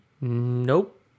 Nope